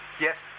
yes,